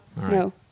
no